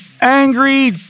angry